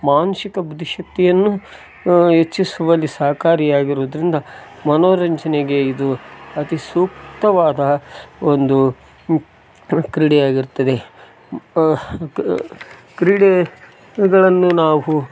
ಮಾನಸಿಕ ಬುದ್ದಿಶಕ್ತಿಯನ್ನು ಹೆಚ್ಚಿಸುವಲ್ಲಿ ಸಹಕಾರಿಯಾಗಿರೋದ್ರಿಂದ ಮನೋರಂಜನೆಗೆ ಇದು ಅತಿ ಸೂಕ್ತವಾದ ಒಂದು ಕ್ರೀಡೆಯಾಗಿರುತ್ತದೆ ಕ್ರೀಡೆಗಳನ್ನು ನಾವು